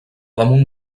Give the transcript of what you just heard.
damunt